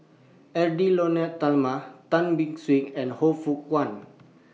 Edwy Lyonet Talma Tan Beng Swee and Han Fook Kwang